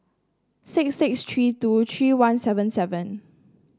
six six three two three one seven seven